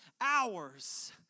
hours